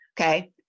okay